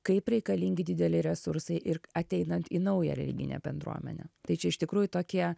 kaip reikalingi dideli resursai ir ateinant į naują religinę bendruomenę tai čia iš tikrųjų tokie